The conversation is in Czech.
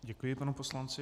Děkuji panu poslanci.